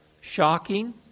Shocking